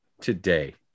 today